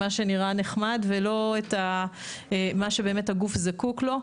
מה שנראה נחמד ולא את מה שבאמת הגוף זקוק לו.